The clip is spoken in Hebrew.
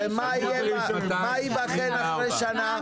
מה ייבחן אחרי שנה?